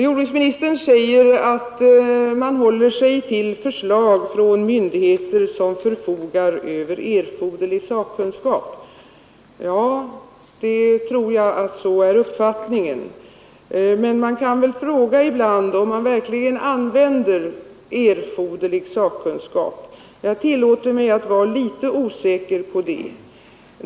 Jordbruksministern säger att han håller sig till förslag från myndigheter som förfogar över erforderlig sakkunskap. Ja, jag tror att det är uppfattningen, men man frågar sig ibland, om verkligen erforderlig sakkunskap anlitas. Jag tillåter mig att vara litet osäker på den punkten.